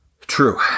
True